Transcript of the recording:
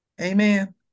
Amen